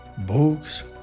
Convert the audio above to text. Books